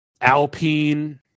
Alpine